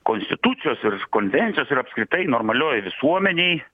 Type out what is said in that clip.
konstitucijos ir konvencijos ir apskritai normalioj visuomenėj